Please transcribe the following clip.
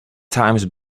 times